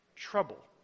trouble